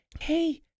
Hey